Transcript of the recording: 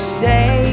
say